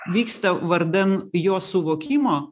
vyksta vardan jo suvokimo